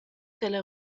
dalla